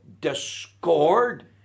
discord